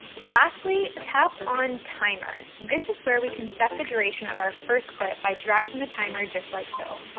lastly, tap on timer. this is where we can set the duration of our first clip by dragging the timer just like so.